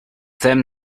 them